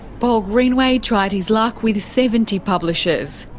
paul greenway tried his luck with seventy publishers.